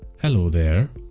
hello there!